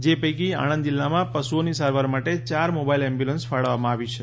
જે પૈકી આણંદ જિલ્લામાં પશુઓની સારવાર માટે ચાર મોબાઈલ એમ્બ્યુલન્સ ફાળવવામાં આવી છે